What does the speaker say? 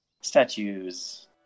statues